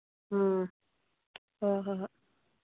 ꯎꯝ ꯍꯣꯏ ꯍꯣꯏ ꯍꯣꯏ